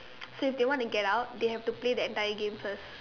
so if they want to get out they have to play the entire game first